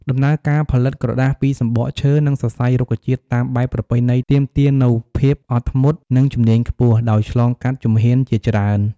ដំណើរការផលិតក្រដាសពីសំបកឈើ និងសរសៃរុក្ខជាតិតាមបែបប្រពៃណីទាមទារនូវ ភាពអត់ធ្មត់ និងជំនាញខ្ពស់ ដោយឆ្លងកាត់ជំហានជាច្រើន។